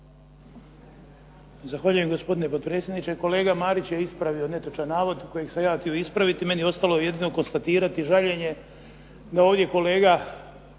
Zahvaljujem, gospodine potpredsjedniče. Kolega Marić je ispravio netočan navod kojeg sam ja htio ispraviti. Meni je ostalo jedino konstatirati žaljenje da ovdje